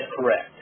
correct